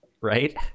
Right